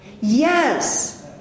Yes